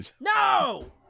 No